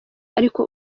ariko